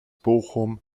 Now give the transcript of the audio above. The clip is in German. bochum